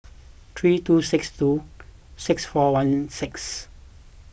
three two six two six four one six